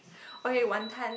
okay wanton